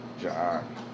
John